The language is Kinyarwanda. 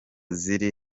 ziri